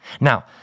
Now